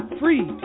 free